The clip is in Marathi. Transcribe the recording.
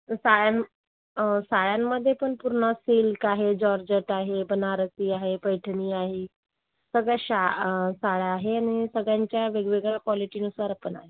साड्या साड्यांमध्ये पण पूर्ण सिल्क आहे जोर्जेट आहे बनारसी आहे पैठणी आहे सगळ्या शा साड्या आहे आणि सगळ्यांच्या वेगवेगळ्या कॉलिटीनुसार पण आहे